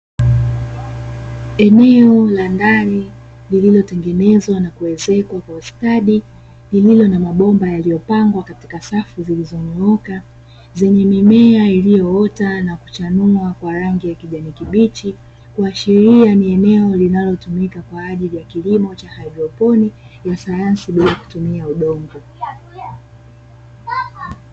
Eneo la ndani lililotengenezwa na kuezekwa kwa ustadi, lililo na mabomba yaliyopangwa katika safu zilizonyooka, zenye mimea iliyoota na kuchanua kwa rangi ya kijani kibichi, kuashiria kuwa ni eneo linalotumika kwa ajili ya kilimo cha haidroponi ya kisayansi bila kutumia udongo.